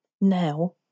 Now